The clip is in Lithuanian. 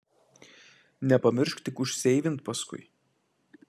nepamiršk tik užseivint paskui